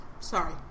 sorry